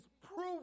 proven